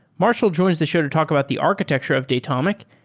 marshall joins the show to talk about the architecture of datomic,